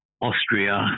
Austria